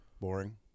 boring